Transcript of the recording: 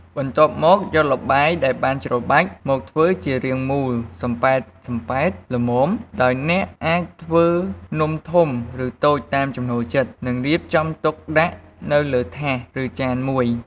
បន្ទាប់មកយកល្បាយដែលបានច្របាច់ មកធ្វើជារាងមូលសំប៉ែតៗល្មម ដោយអ្នកអាចធ្វើនំធំ ឬតូចតាមចំណូលចិត្ត នឹងរៀបចំទុកដាក់នៅលើថាស ឬចានមួយ។